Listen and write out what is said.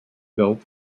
built